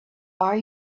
are